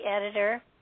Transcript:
editor